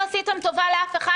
אתם לא עשיתם טובה לאף אחד,